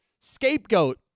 scapegoat